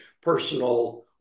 personal